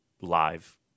live